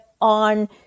on